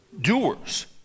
doers